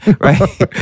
right